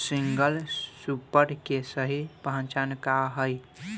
Single super के सही पहचान का हई?